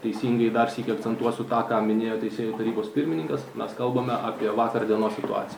teisingai dar sykį akcentuosiu tą ką minėjo teisėjų tarybos pirmininkas mes kalbame apie vakar dienos situaciją